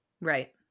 Right